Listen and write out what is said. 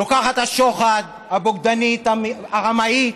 לוקחת השוחד, הבוגדנית, הרמאית,